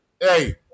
Hey